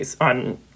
on